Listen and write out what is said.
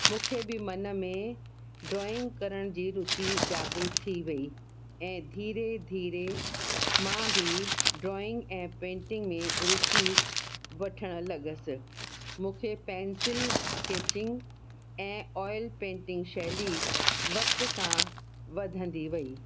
मूंखे बि मन में ड्रॉइंग करण जी रुचि जागृत थी वई ऐं धीरे धीरे मां बि ड्रॉइंग ऐं पेंटिंग में रुचि वठणु लॻसि मूंखे पेंसिल स्केचिंग ऐं ऑयल पेंटिंग शैली वक़्त सां वधंदी वई